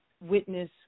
witness